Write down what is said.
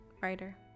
Writer